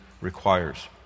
requires